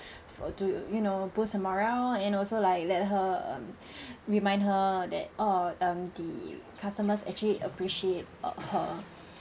for to you know boost her morale and also like let her um remind her that oh um the customers actually appreciate uh her